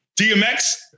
DMX